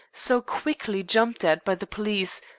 so quickly jumped at by the police,